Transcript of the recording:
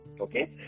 okay